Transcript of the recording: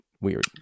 weird